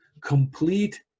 complete